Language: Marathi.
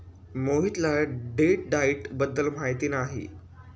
मोहितला डेट डाइट बद्दल माहिती नाही